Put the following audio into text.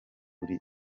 kuri